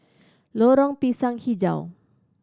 Lorong Pisang Hijau